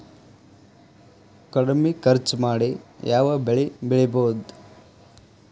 ಕಡಮಿ ಖರ್ಚ ಮಾಡಿ ಯಾವ್ ಬೆಳಿ ಬೆಳಿಬೋದ್?